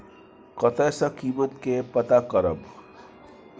कतय सॅ कीमत के पता करब?